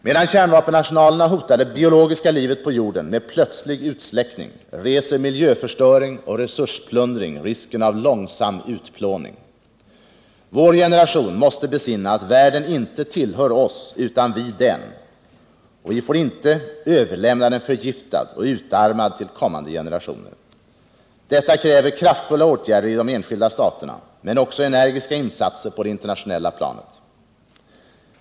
Medan kärnvapenarsenalerna hotar det biologiska livet på jorden med plötslig utsläckning, reser miljöförstöring och resursplundring risken av långsam utplåning. Vår generation måste besinna att världen inte tillhör oss utan vi den och att vi inte får överlämna den förgiftad och utarmad till kommande generationer. Detta kräver kraftfulla åtgärder i de enskilda staterna, men också energiska insatser på det internationella planet.